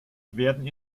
werden